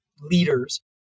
leaders